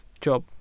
job